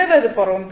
பின்னர் அது பரவும்